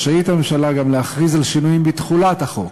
רשאית הממשלה גם להכריז על שינויים בתחולת החוק.